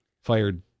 fired